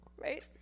Right